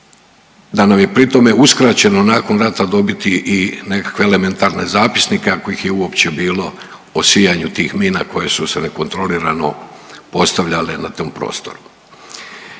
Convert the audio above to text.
da nam je pri tome uskraćeno nakon rata dobiti i nekakve elementarne zapisnike ako ih je uopće bilo o sijanju tih mina koje su se nekontrolirano postavljale na tom prostoru.